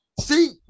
See